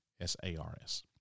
S-A-R-S